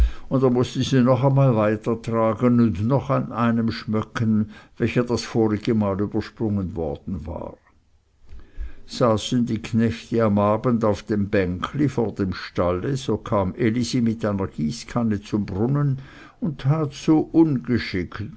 er mußte sie noch einmal weitertragen und noch an einem schmöcken welcher das vorige mal übersprungen worden war saßen die knechte am abend auf dem bänkli vor dem stalle so kam elisi mit einer gießkanne zum brunnen und tat so ungeschickt